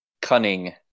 cunning